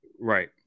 Right